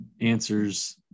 answers